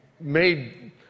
made